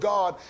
God